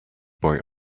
boy